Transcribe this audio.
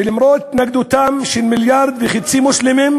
ולמרות התנגדותם של מיליארד וחצי מוסלמים,